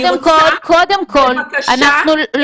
קודם כל אנחנו לא --- אני רוצה,